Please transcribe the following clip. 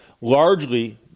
largely